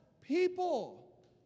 people